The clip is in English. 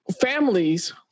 families